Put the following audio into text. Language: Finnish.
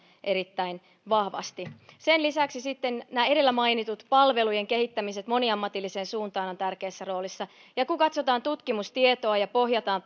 erittäin vahvasti sen lisäksi sitten tämä edellä mainittu palvelujen kehittäminen moniammatilliseen suuntaan on tärkeässä roolissa kun katsotaan tutkimustietoa ja pohjataan